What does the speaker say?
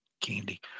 candy